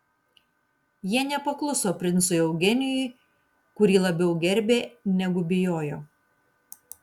jie nepakluso princui eugenijui kurį labiau gerbė negu bijojo